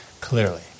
clearly